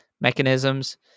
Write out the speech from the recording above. mechanisms